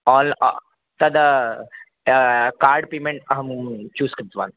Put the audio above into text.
all अ तद् card payment अहं चूस् कृतवान्